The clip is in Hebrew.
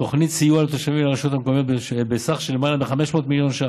תוכנית סיוע לתושבים ולרשויות המקומיות בסך של למעלה מ-500 מיליון ש"ח,